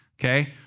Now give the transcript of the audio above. Okay